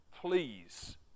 please